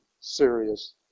serious